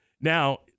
now